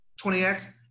20X